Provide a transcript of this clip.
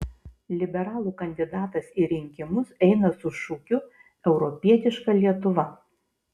liberalų kandidatas į rinkimus eina su šūkiu europietiška lietuva